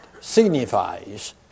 signifies